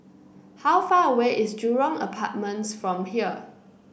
how far away is Jurong Apartments from here